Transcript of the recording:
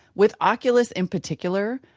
with oculus in particular,